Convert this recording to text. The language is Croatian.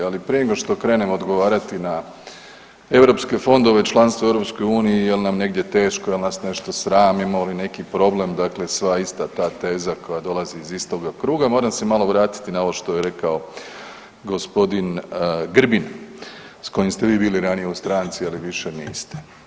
Ali prije nego što krenem odgovarati na europske fondove i članstvo u EU jel nam negdje teško, jel nas nešto sram, imamo li neki problem, dakle sva ista ta teza koja dolazi iz istoga kruga, moram se malo vratiti na ovo što rekao gospodin Grbin s kojim ste vi bili ranije u stranci ali više niste.